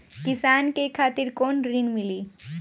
किसान के खातिर कौन ऋण मिली?